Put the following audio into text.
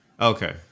okay